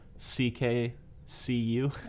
C-K-C-U